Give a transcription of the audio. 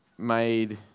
made